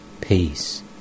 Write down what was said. peace